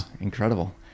incredible